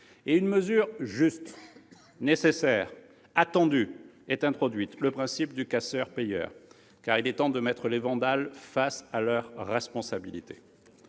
et une mesure juste, nécessaire, attendue est introduite : le principe du casseur-payeur. En effet, il est temps de mettre les vandales face à leurs responsabilités.